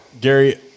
Gary